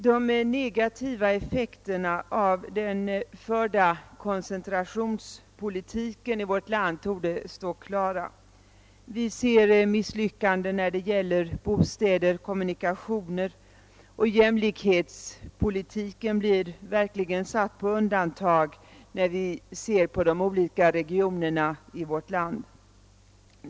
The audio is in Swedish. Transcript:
De negativa effekterna av den i vårt land förda koncentrationspolitiken torde stå klara. Vi ser misslyckandena när det gäller bostäder och kommunikationer, och jämlikhetspolitiken blir verkligen satt på undantag, om vi jämför olika regioner i vårt land.